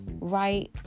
Right